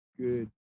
good